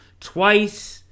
twice